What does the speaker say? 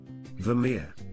Vermeer